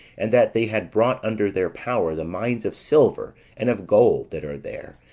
and that they had brought under their power the mines of silver and of gold that are there,